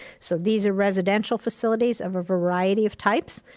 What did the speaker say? so these are residential facilities of a variety of types.